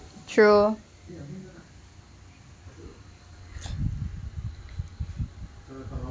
true